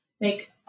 make